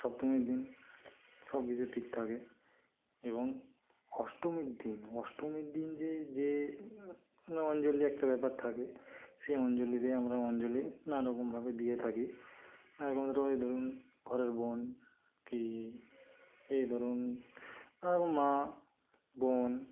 সপ্তমীর দিন সব কিছু ঠিক থাকে এবং অষ্টমীর দিন অষ্টমীর দিন যে যে মানে অঞ্জলির একটা ব্যাপার থাকে সেই অঞ্জলি দিই আমরা অঞ্জলি নানা রকমভাবে দিয়ে থাকি তারপরে ওই ধরুন ঘরের বোন কী এই ধরুন নানা রকম মা বোন